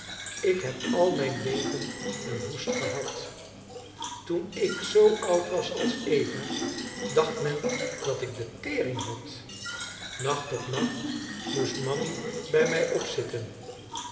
ik heb al mijn leven een hoest gehad toen ik zoo oud was als eva dacht men dat ik de tering had nacht op nacht moest mammy bij mij opzitten